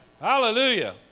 Hallelujah